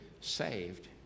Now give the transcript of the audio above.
saved